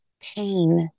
pain